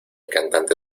cantante